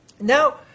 Now